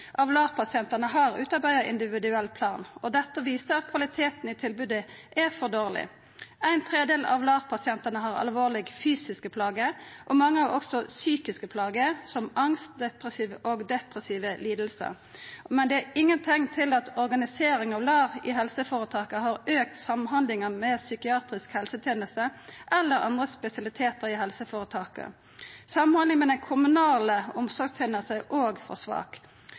av LAR-pasientane har ein utarbeidd individuell plan. Dette viser at kvaliteten i tilbodet er for dårleg. Ein tredel av LAR-pasientane har alvorlege fysiske plagar, og mange har også psykiske plagar som angst og depressive lidingar. Men det er ingen teikn til at organisering av LAR i helseføretaka har auka samhandlinga med psykiatrisk helseteneste eller andre spesialitetar i helseføretaka. Samhandlinga med den kommunale omsorgstenesta er òg for svak.